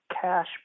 cash